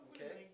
Okay